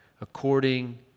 according